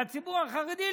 לציבור החרדי,